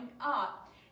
up